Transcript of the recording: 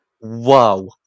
Wow